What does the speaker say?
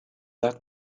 that